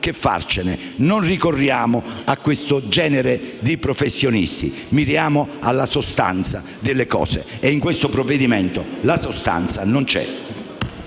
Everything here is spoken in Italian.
che farcene, non ricorriamo a questo genere di professionisti, miriamo alla sostanza delle cose e in questo provvedimento la sostanza non c'è.